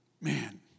Man